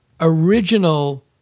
original